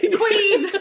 queen